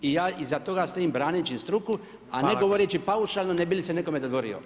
I ja iza toga stojim braneći struku, a ne govoreći paušalno ne bi li se nekome dodvorio.